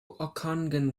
okanagan